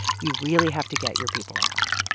you really have to get your people out.